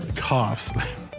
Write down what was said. coughs